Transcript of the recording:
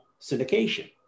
syndication